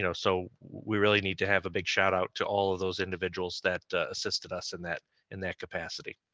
you know so we really need to have a big shout out to all of those individuals that assisted us in that in that capacity